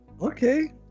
Okay